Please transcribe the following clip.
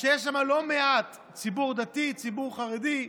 שיש בהן לא מעט ציבור דתי, ציבור חרדי,